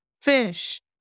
fish